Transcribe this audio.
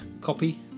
Copy